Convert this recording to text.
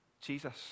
Jesus